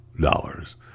dollars